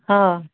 آ